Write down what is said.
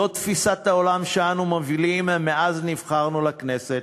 זאת תפיסת העולם שאנו מובילים מאז נבחרנו לכנסת,